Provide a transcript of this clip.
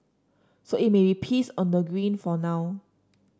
so it may be peace on the green for now